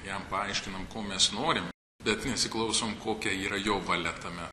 jam paaiškinam ko mes norim bet nesiklausom kokia yra jo valia tame